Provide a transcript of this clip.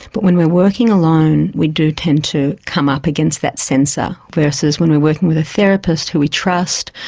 but when we're working alone we do tend to come up against that censor, versus when we're working with a therapist whom we trust,